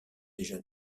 déjà